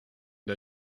der